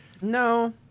No